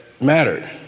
mattered